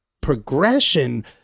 progression